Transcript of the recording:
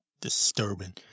disturbing